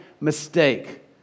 mistake